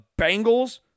Bengals